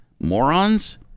morons